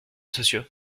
sociaux